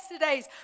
yesterday's